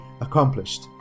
accomplished